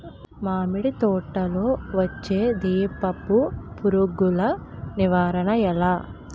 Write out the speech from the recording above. మామిడి తోటలో వచ్చే దీపపు పురుగుల నివారణ ఎలా?